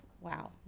wow